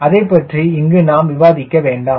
அதைப்பற்றி இங்கு நாம் விவாதிக்க வேண்டாம்